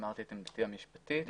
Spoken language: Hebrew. אמרתי את עמדתי המשפטית.